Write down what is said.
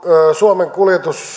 suomen kuljetus